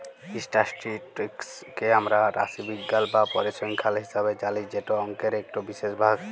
statistics কে আমরা রাশিবিজ্ঞাল বা পরিসংখ্যাল হিসাবে জালি যেট অংকের ইকট বিশেষ ভাগ